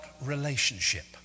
relationship